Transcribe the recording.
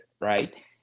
right